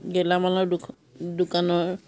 গেলামালৰ দোকানৰ